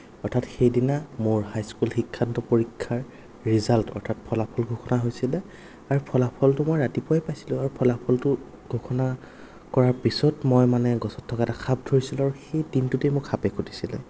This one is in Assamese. অৰ্থাৎ সেইদিনা মোৰ হাইস্কুল শিক্ষান্ত পৰীক্ষাৰ ৰিজাল্ট অৰ্থাৎ ফলাফল ঘোষণা হৈছিল আৰু ফলাফলটো মই ৰাতিপুৱাই পাইছিলোঁ আৰু ফলাফলটো ঘোষণা কৰাৰ পিছত মই মানে গছত থকা এটা সাপ ধৰিছিলোঁ আৰু সেই দিনটোতে মোক সাপে খুটিছিল